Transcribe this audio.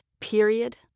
period